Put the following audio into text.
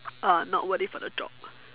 uh not worth it for the job